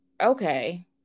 okay